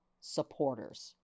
supporters